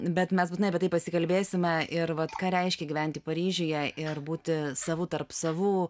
bet mes būtinai apie tai pasikalbėsime ir vat ką reiškia gyventi paryžiuje ir būti savu tarp savų